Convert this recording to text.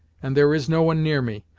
and there is no one near me.